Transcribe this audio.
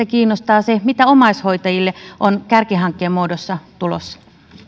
kiinnostaa se mitä omaishoitajille on kärkihankkeen muodossa tulossa